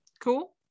cool